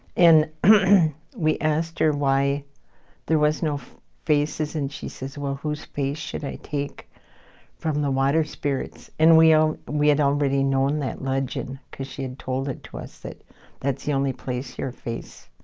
and we asked her why there was no faces. and she says, well, whose face should i take from the water spirits? and we um we had already known that legend, because she had told it to us that that's the only place your face,